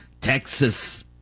Texas